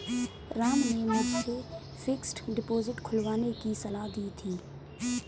राम ने मुझे fixed deposit खुलवाने की सलाह दी थी